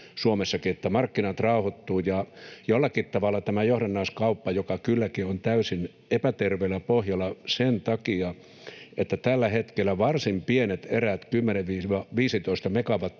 että markkinat rauhoittuvat ja samoin jollakin tavalla tämä johdannaiskauppa. Se kylläkin on täysin epäterveellä pohjalla sen takia, että tällä hetkellä varsin pienet erät, 10—15 megawattia,